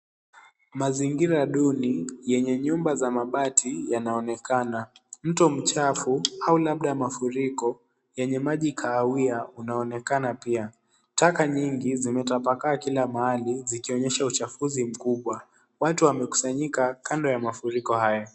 Mazingira duni yenye nyumba za mabati yanaonekana. Mto mchafu au labda mafuriko yenye maji kahawia unaonekana pia. Taka nyingi zimetapakaa kila mahali zikionyesha uchafuzi mkubwa. Watu wamekusanyika kando ya mafuriko haya.